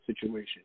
situation